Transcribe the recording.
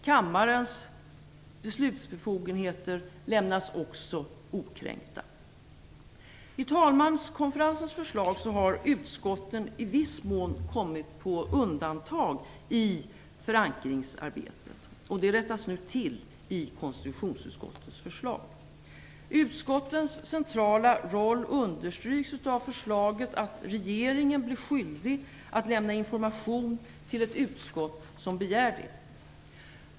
Kammarens beslutsbefogenheter lämnas också okränkta. I talmanskonferensens förslag har utskotten i viss mån kommit på undantag i förankringsarbetet. Det rättas nu till i konstitutionsutskottets förslag. Utskottens centrala roll understryks av förslaget att regeringen blir skyldig att lämna information till ett utskott som begär det.